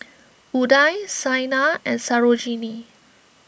Udai Saina and Sarojini